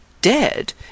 Dead